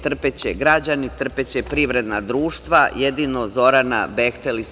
Trpeće građani, trpeće privredna društva, jedino Zorana, "Behtel" i Skot neće.